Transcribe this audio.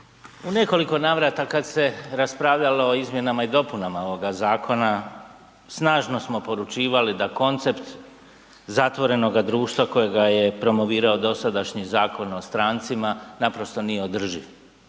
U nekoliko navrata kad se raspravljalo o izmjenama i dopunama ovoga zakona, snažno smo poručivali da koncept zatvorenoga društva kojega je promovirao dosadašnji Zakon o strancima, naprosto nije održiv.